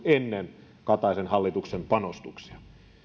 ennen kataisen hallituksen panostuksia